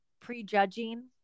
prejudging